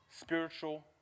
spiritual